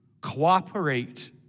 Cooperate